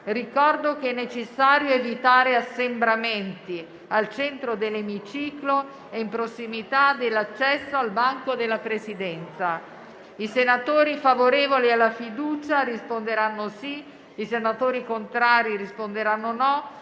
Ricordo che è necessario evitare assembramenti al centro dell'Emiciclo e in prossimità dell'accesso al banco della Presidenza. I senatori favorevoli alla fiducia risponderanno sì; i senatori contrari risponderanno no;